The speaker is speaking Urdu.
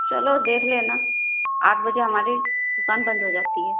چلو دیکھ لینا آٹھ بجے ہماری دکان بند ہو جاتی ہے